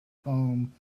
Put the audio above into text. home